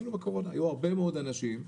היו הרבה מאוד אנשים,